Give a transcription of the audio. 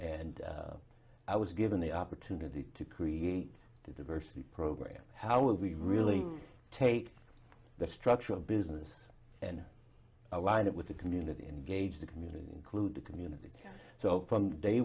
and i was given the opportunity to create the diversity program how we really take the structure of business and align it with the community engage the community include the community so from day